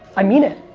i mean it.